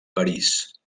parís